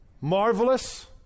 marvelous